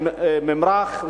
ממרח,